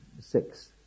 six